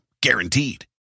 Guaranteed